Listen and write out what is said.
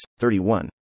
31